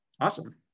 Awesome